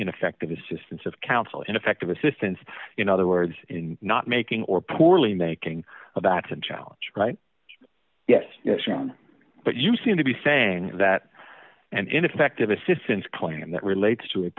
ineffective assistance of counsel ineffective assistance in other words in not making or poorly making about to challenge right yes but you seem to be saying that and ineffective assistance claim that relates to